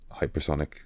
hypersonic